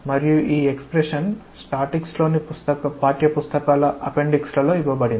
మరియు ఈ వ్యక్తీకరణ స్టాటిక్స్లోని పాఠ్యపుస్తకాల అపెండిక్స్ లో ఇవ్వబడింది